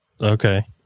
Okay